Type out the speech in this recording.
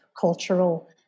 cultural